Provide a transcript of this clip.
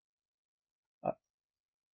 uh